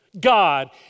God